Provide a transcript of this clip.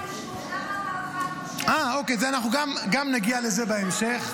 גם נגיע לזה בהמשך.